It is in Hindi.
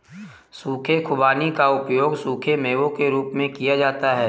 सूखे खुबानी का उपयोग सूखे मेवों के रूप में किया जाता है